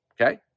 okay